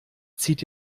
zieht